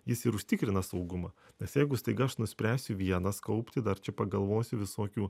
jis ir užtikrina saugumą nes jeigu staiga aš nuspręsiu vienas kaupti dar pagalvosiu visokių